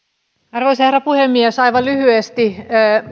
arvoisa herra puhemies aivan lyhyesti